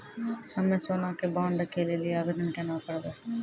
हम्मे सोना के बॉन्ड के लेली आवेदन केना करबै?